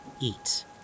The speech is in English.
eat